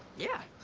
yeah.